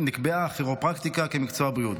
נקבעה הכירופרקטיקה כמקצוע בריאות.